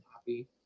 happy